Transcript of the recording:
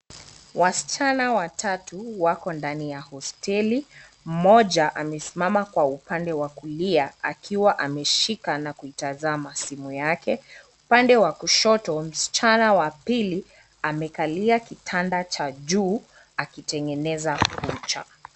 Wasichana watatu wako ndani ya hosteli. Mmoja amesimama kwa upande wa kulia akiwa ameshika na kutazama simu yake. Upande wa kushoto, msichana wa pili, amekalia kitanda cha juu akitengeneza kucha.